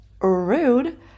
rude